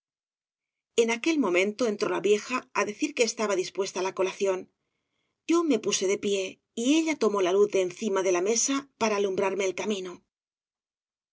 en aquel momento entró la vieja á decir que estaba dispuesta la colación yo me puse de pie y ella tomó la luz de encima de la mesa para alumbrarme el camino